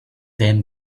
them